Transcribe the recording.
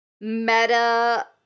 meta